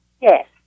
Yes